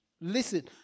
Listen